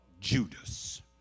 Judas